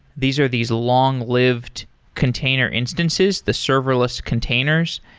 these are these long-lived container instances, the serverless containers.